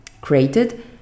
created